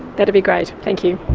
that'd be great, thank you